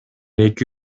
эки